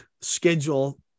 schedule